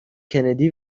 کندی